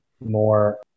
more